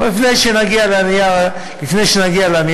אבל לפני שנגיע לנייר הכתוב,